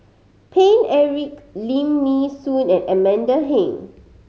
Paine Eric Lim Nee Soon and Amanda Heng